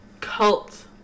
cult